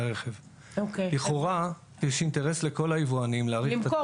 לכאורה יש אינטרס לכל היבואנים -- למכור.